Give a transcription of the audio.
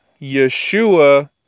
Yeshua